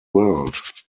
world